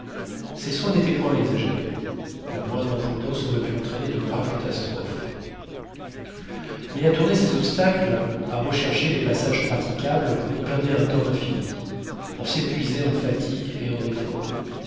ces soins n'étaient point exagérés la moindre imprudence aurait pu entraîner de graves catastrophes mais à tourner ces obstacles à rechercher les passages praticables on perdait un temps infini on s'épuisait en fatigues et en efforts